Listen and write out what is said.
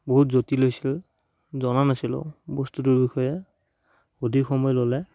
বহুত জটিল হৈছিল জনা নাছিলো বস্তুটোৰ বিষয়ে অধিক সময় ললে